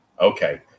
Okay